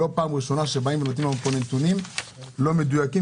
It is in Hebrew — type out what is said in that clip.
לא פעם ראשונה שבאים ונותנים לנו פה נתונים לא מדויקים,